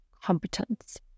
competence